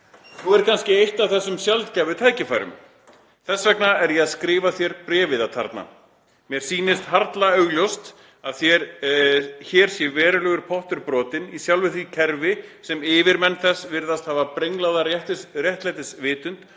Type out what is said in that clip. Nú er kannski eitt af þessum sjaldgæfu tækifærum. Þessvegna er ég að skrifa þér bréfið atarna. Mér sýnist harla augljóst að hér sé verulega pottur brotinn í sjálfu því kerfi sem yfirmenn þess virðast hafa brenglaða réttlætisvitund